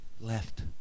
left